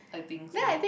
I think so